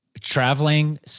Traveling